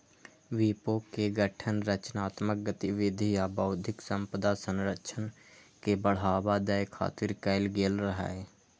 विपो के गठन रचनात्मक गतिविधि आ बौद्धिक संपदा संरक्षण के बढ़ावा दै खातिर कैल गेल रहै